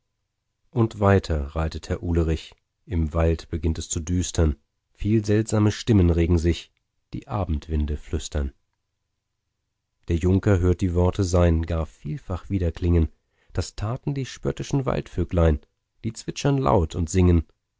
und weiter reitet herr ulerich im wald beginnt es zu düstern viel seltsame stimmen regen sich die abendwinde flüstern der junker hört die worte sein gar vielfach widerklingen das taten die spöttischen waldvögelein die zwitschern laut und singen